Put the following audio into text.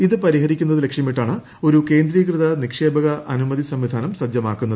ഇത് പരിഹരിക്കുന്നത് ലക്ഷ്യമിട്ടാണ് ഒരു കേന്ദ്രീകൃത നിക്ഷേപക അനുമതി സംവിധാനം സജ്ജമാക്കുന്നത്